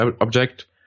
object